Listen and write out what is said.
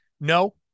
No